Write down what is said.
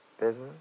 Business